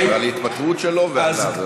על ההתפטרות שלו ועליו.